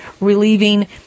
relieving